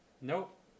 Nope